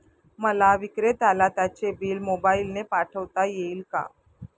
मला विक्रेत्याला त्याचे बिल मोबाईलने पाठवता येईल का?